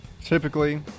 typically